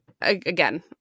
again